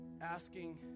asking